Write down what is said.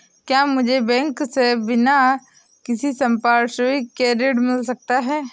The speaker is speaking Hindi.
क्या मुझे बैंक से बिना किसी संपार्श्विक के ऋण मिल सकता है?